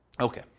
Okay